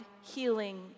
healing